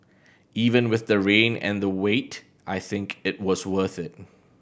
even with the rain and the wait I think it was worth it